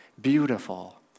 beautiful